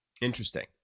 Interesting